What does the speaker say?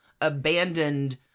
abandoned